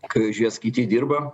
kai už juos kiti dirba